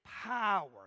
Power